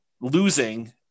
losing